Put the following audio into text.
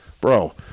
Bro